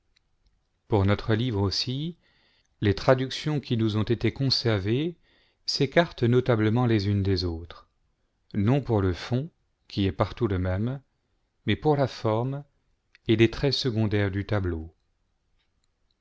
pour notre livre aussi les traductions qui nous ont été conservées s'écartent notablement les unes des autres non pour le fond qui est partout le même mais pour la forme et les traits secondaires du tableau